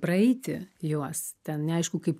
praeiti juos ten neaišku kaip